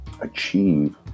achieve